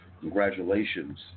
Congratulations